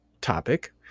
topic